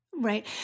Right